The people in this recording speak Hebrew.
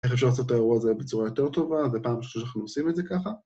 איך אפשר לעשות את האירוע הזה בצורה יותר טובה, זה פעם ראשונה שאנחנו עושים את זה ככה